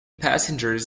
passengers